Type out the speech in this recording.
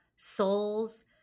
souls